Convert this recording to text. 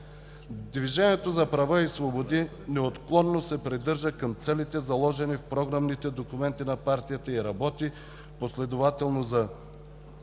Движението за права и свободи неотклонно се придържа към целите, заложени в програмните документи на партията, и работи последователно за